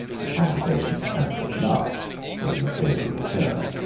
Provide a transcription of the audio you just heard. the conversation had at last taken a favourable turn.